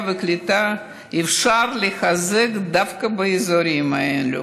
והקליטה אפשר לחזק דווקא באזורים האלה,